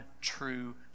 true